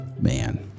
man